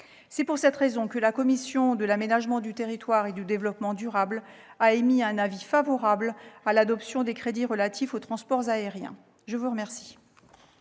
C'est pour cette raison que la commission de l'aménagement du territoire et du développement durable a émis un avis favorable sur l'adoption des crédits relatifs aux transports aériens. La parole